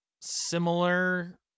similar